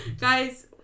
Guys